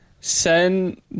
send